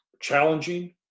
challenging